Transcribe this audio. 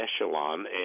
echelon